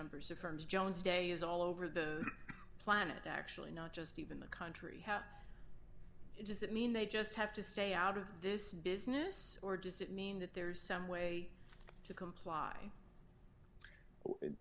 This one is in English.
numbers of firms jones day is all over the planet actually not just even the country does that mean they just have to stay out of this business or does it mean that there is some way to comply